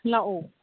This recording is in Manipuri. ꯂꯥꯛꯑꯣ